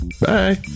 Bye